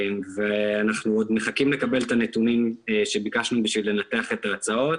אנחנו עוד מחכים לקבל את הנתונים שביקשנו בשביל לנתח את ההצעות